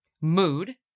mood